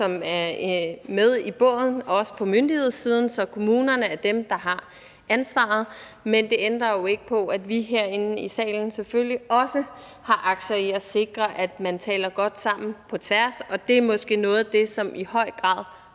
som er med i båden, også på myndighedssiden, og kommunerne er dem, der har ansvaret, men det ændrer jo ikke på, at vi herinde i salen selvfølgelig også har aktier i at sikre, at man taler godt sammen på tværs, og det er måske noget af det, der i høj grad